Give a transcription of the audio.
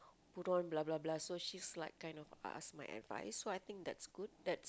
put on blah blah blah so she's like kind of ask my advice so I think that's good that's